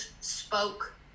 spoke